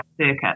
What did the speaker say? circuit